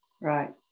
right